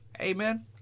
Amen